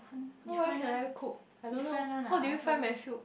how well can I cook I don't know how do you find my soup